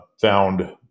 found